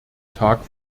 tag